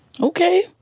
Okay